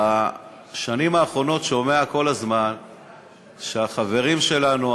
בשנים האחרונות שומע כל הזמן שהחברים שלנו,